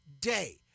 day